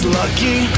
lucky